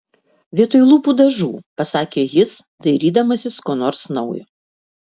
vietoj lūpų dažų pasakė jis dairydamasis ko nors naujo